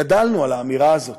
גדלנו על האמירה הזאת,